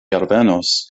alvenos